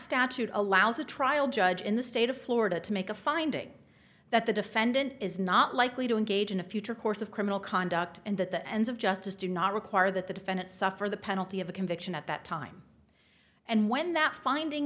statute allows a trial judge in the state of florida to make a finding that the defendant is not likely to engage in a future course of criminal conduct and that the ends of justice do not require that the defendant suffer the penalty of a conviction at that time and when that finding